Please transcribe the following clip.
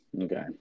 Okay